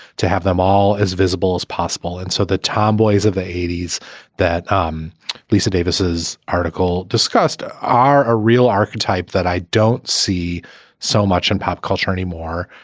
to have them all as visible as possible. and so the tomboys of eighty s that um lisa davises article discussed are a real archetype that i don't see so much in pop culture anymore.